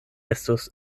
estus